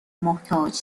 محتاج